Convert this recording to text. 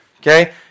Okay